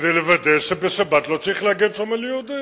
כדי לוודא שבשבת לא צריך להגן שם על יהודים.